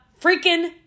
freaking